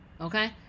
Okay